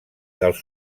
dels